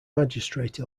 magistrate